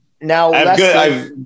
Now